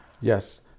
Yes